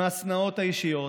מהשנאות האישיות,